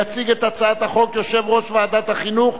יציג את הצעת החוק יושב-ראש ועדת החינוך,